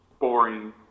Boring